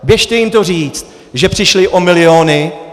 Běžte jim to říct, že přišli o miliony.